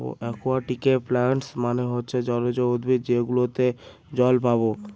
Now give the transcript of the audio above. একুয়াটিকে প্লান্টস মানে হচ্ছে জলজ উদ্ভিদ যেগুলোতে জল পাবো